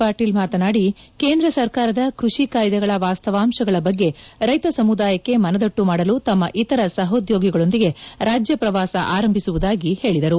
ಪಾಟೀಲ್ ಮಾತನಾಡಿ ಕೇಂದ್ರ ಸರ್ಕಾರದ ಕ್ವಡಿ ಕಾಯ್ದೆಗಳ ವಾಸ್ತವಾಂಶಗಳ ಬಗ್ಗೆ ರೈತ ಸಮುದಾಯಕ್ಕೆ ಮನದಟ್ಟು ಮಾಡಲು ತಮ್ಮ ಇತರ ಸಹೋದ್ಯೋಗಿಗಳೊಂದಿಗೆ ರಾಜ್ಯ ಪ್ರವಾಸ ಆರಂಭಿಸುವುದಾಗಿ ಹೇಳಿದರು